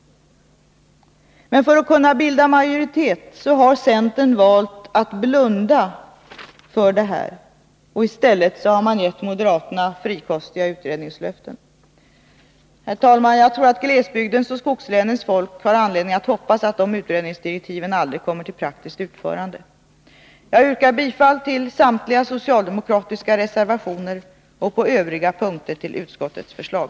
För att bilda majoritet har centern valt att blunda för detta, och i stället har man gett moderaterna frikostiga utredningslöften. Herr talman! Jag tror att glesbygdens och skogslänens folk har anledning att hoppas att de utredningsdirektiven aldrig kommer till praktiskt utförande. Jag yrkar bifall till samtliga socialdemokratiska reservationer samt på övriga punkter till utskottets förslag.